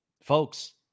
Folks